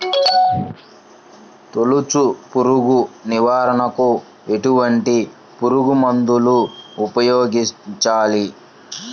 తొలుచు పురుగు నివారణకు ఎటువంటి పురుగుమందులు ఉపయోగించాలి?